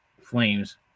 flames